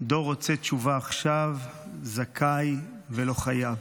דור רוצה תשובה עכשיו / זכאי ולא חייב."